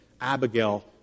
Abigail